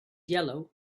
yellow